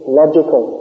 logical